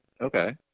Okay